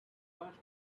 first